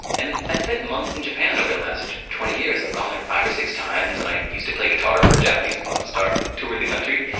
and, i spent months in japan over the last twenty years. i've gone there five or six times, and i used to play guitar for a japanese pop star, and toured the country.